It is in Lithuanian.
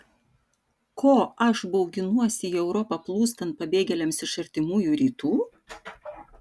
ko aš bauginuosi į europą plūstant pabėgėliams iš artimųjų rytų